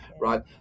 right